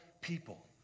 people